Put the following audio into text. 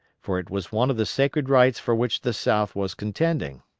for it was one of the sacred rights for which the south was contending.